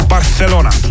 Barcelona